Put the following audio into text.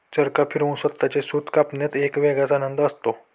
चरखा फिरवून स्वतःचे सूत कापण्यात एक वेगळाच आनंद असतो